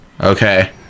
Okay